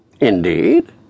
Indeed